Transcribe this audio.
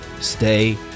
stay